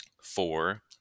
Four